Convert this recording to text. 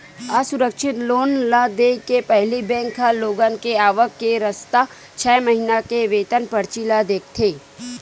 असुरक्छित लोन ल देय के पहिली बेंक ह लोगन के आवक के रस्ता, छै महिना के वेतन परची ल देखथे